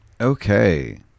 Okay